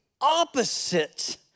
opposite